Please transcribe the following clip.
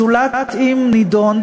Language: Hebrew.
זולת אם נידון,